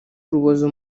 urubozo